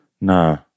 No